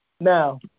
Now